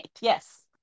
yes